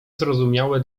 zrozumiałe